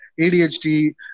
ADHD